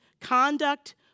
conduct